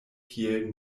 kiel